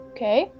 Okay